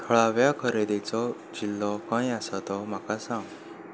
थळाव्या खरेदीचो जिल्लो खंय आसा तो म्हाका सांग